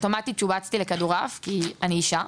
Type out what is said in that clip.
שובצתי אוטומטית לכדורעף בגלל שאני אישה,